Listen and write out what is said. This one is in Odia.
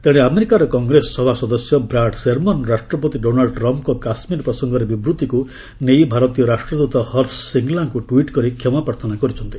ତେଶେ ଆମେରିକାର କଂଗ୍ରେସ ସଭା ସଦସ୍ୟ ବ୍ରାଡ୍ ସେର୍ମନ୍ ରାଷ୍ଟ୍ରପତି ଡୋନାଲ୍ଚ ଟ୍ରମ୍ଫ୍ଙ୍କ କାଶ୍ମୀର ପ୍ରସଙ୍ଗରେ ବିବୃତ୍ତିକୁ ନେଇ ଭାରତୀୟ ରାଷ୍ଟ୍ରଦୃତ ହର୍ଷ ସ୍ରିଙ୍ଗଲାଙ୍କୁ ଟ୍ୱିଟ୍ କରି କ୍ଷମାପ୍ରାର୍ଥନା କରିଛନ୍ତି